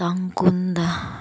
ꯇꯥꯡ ꯀꯨꯟꯗ